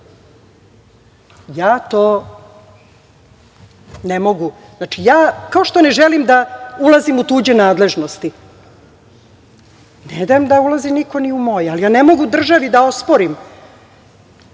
to ne mogu, kao što ne želim da ulazim u tuđe nadležnosti, ne dam da ulazi niko ni u moje, ali ja ne mogu državi da osporim